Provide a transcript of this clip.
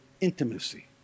intimacy